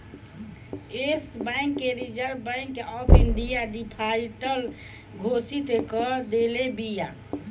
एश Bank के Reserve Bank of India defaulter घोषित कअ देले बिया